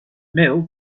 mill